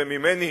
וממני,